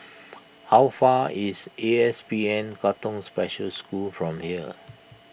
how far is A P S N Katong Special School from here